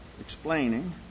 explaining